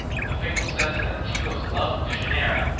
when the fable says that achelous loved dejanira,